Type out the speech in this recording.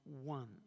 one